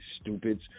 stupids